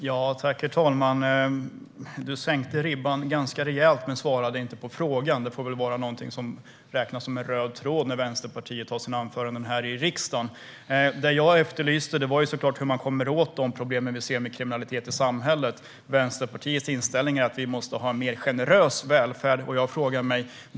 Herr talman! Du sänkte ribben ganska rejält, men du svarade inte på frågan. Det kan väl ses som en röd tråd när vänsterpartister håller sina anföranden här i riksdagen. Det jag efterlyste var hur man kommer åt problemen med kriminalitet i samhället. Vänsterpartiets inställning är att vi måste ha en mer generös välfärd. Jag ställer mig frågande.